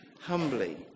humbly